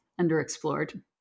underexplored